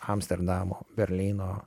amsterdamo berlyno